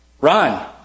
Run